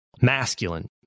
Masculine